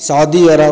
Saudi Arab